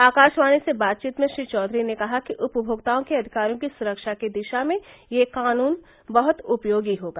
आकाशवाणी से बातचीत में श्री चौधरी नेकहा कि उपमोक्ताओं के अधिकारों की सुरक्षा की दिशा में ये कानून बहत उपयोगी होगा